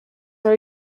are